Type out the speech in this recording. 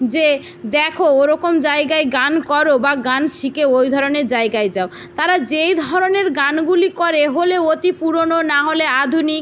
যে দেখো ওরকম জায়গায় গান করো বা গান শিখে ওই ধরনের জায়গায় যাও তারা যেই ধরনের গানগুলি করে হলে অতি পুরোনো না হলে আধুনিক